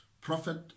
Prophet